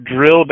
drill